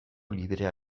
librea